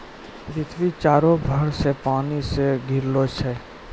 पृथ्वी चारु भर से पानी से घिरलो छै